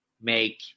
make